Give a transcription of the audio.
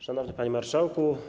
Szanowny Panie Marszałku!